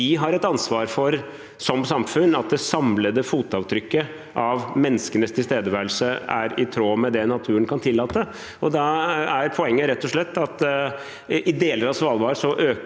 har et ansvar for at det samlede fotavtrykket av menneskenes tilstedeværelse er i tråd med det naturen kan tillate. Da er poenget rett og slett at i deler av Svalbard øker